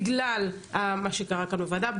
בגלל מה שקרה כאן בוועדה.